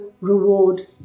reward